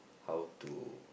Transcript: how to